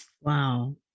Wow